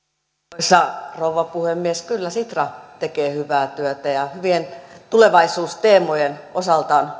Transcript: arvoisa rouva puhemies kyllä sitra tekee hyvää työtä ja hyvien tulevaisuusteemojen osalta